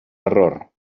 error